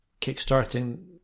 kickstarting